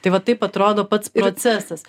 tai va taip atrodo pats procesas